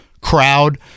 crowd